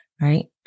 right